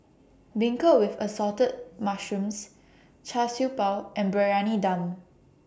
Beancurd with Assorted Mushrooms Char Siew Bao and Briyani Dum